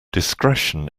discretion